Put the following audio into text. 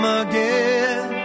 again